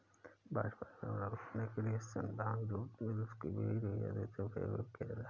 bast fibre प्राप्त करने के लिए सन, भांग, जूट, मिल्कवीड आदि का उपयोग किया जाता है